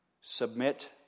submit